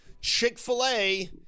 Chick-fil-A